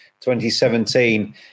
2017